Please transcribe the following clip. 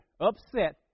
upset